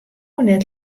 net